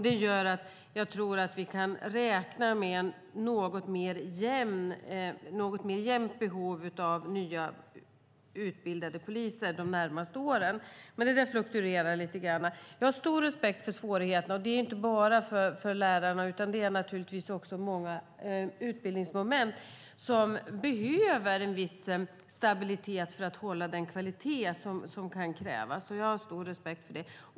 Det gör att jag tror att vi kan räkna med ett något jämnare behov av nya utbildade poliser de närmaste åren. Men det där fluktuerar lite grann. Jag har stor respekt för svårigheterna. Det gäller inte bara lärarna, utan naturligtvis finns det många utbildningsmoment som behöver en viss stabilitet för att hålla den kvalitet som kan krävas. Jag har stor respekt för det.